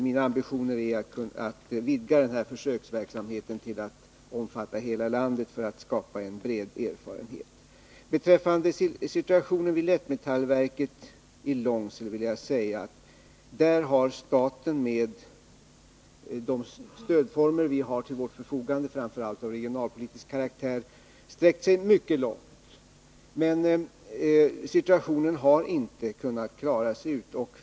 Mina ambitioner är att vidga försöksverksamheten till att omfatta hela landet för att skapa bred erfarenhet. Beträffande situationen vid Lättmetallverket i Långsele vill jag säga följande. Staten har där, med de stödformer som står till förfogande, framför allt av regionalpolitisk karaktär, sträckt sig mycket långt, men situationen harinte kunnat klaras ut.